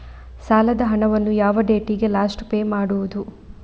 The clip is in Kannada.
ಸಾಲದ ಹಣವನ್ನು ಯಾವ ಡೇಟಿಗೆ ಲಾಸ್ಟ್ ಪೇ ಮಾಡುವುದು?